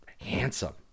handsome